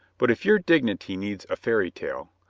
but if your dignity needs a fairy tale,